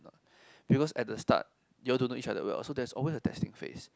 because at the start you all don't know each other well so there's always a testing phase